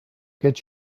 get